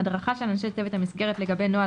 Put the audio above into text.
הדרכה של אנשי צוות המסגרת לגבי נוהל